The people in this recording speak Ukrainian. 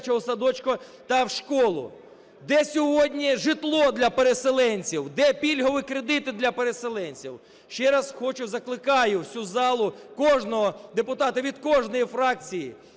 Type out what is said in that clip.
Де сьогодні житло для переселенців? Де пільгові кредити для переселенців? Ще раз хочу, закликаю всю залу, кожного депутата від кожної фракції